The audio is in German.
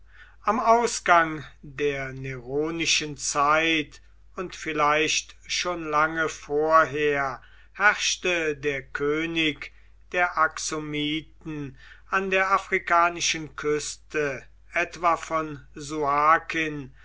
am ausgang der neronischen zeit und vielleicht schon lange vorher herrschte der könig der axomiten an der afrikanischen küste etwa von